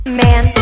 man